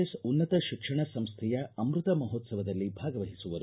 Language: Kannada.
ಎಸ್ ಉನ್ನತ ಶಿಕ್ಷಣ ಸಂಸ್ಥೆಯ ಅಮೃತ ಮಹೋಶ್ಲವದಲ್ಲಿ ಭಾಗವಹಿಸುವರು